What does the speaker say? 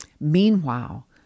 Meanwhile